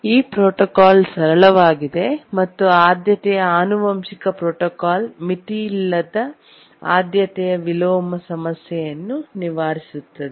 ಈ ಪ್ರೋಟೋಕಾಲ್ ಸರಳವಾಗಿದೆ ಮತ್ತು ಆದ್ಯತೆಯ ಆನುವಂಶಿಕ ಪ್ರೋಟೋಕಾಲ್ ಮಿತಿಯಿಲ್ಲದ ಆದ್ಯತೆಯ ವಿಲೋಮ ಸಮಸ್ಯೆಯನ್ನು ನಿವಾರಿಸುತ್ತದೆ